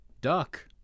Duck